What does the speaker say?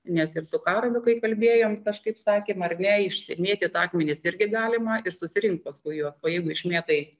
nes ir su karoliu kai kalbėjom kažkaip sakėm ar ne išsimėtyt akmenis irgi galima ir susirinkt paskui juos o jeigu išmėtai